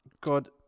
God